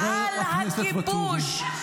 חבר הכנסת ואטורי.